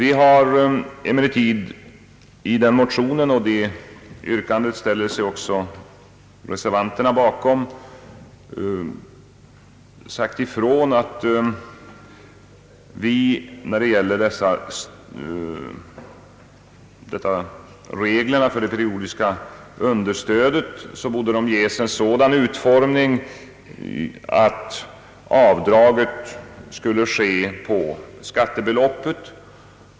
I vårt motionsyrkande, vilket även reservanterna ställer sig bakom, har vi emellertid sagt ifrån att reglerna för det periodiska understödet borde ges en sådan utformning att avdraget sker på skattebeloppet.